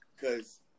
cause